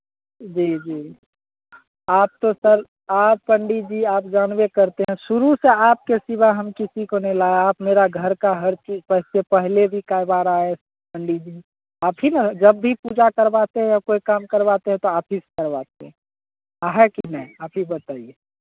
जी जी आप तो सर आप पंडित जी आप जानबे करते हैं शुरू से आपके सिवा हम किसी को नहीं लाए आप मेरा घर का हर चीज इससे पहले भी कई बार आए पंडित जी आप ही न जब भी पूजा करवाते हैं या कोई काम करवाते हैं तो आप ही से करवाते हैं है कि नहीं आप ही बताइए